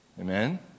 Amen